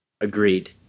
Agreed